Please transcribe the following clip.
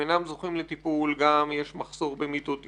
הם אינם זוכים לטיפול גם יש מחסור במיטות אשפוז,